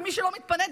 ומי שלא לא מתפנה,